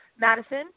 Madison